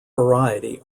variety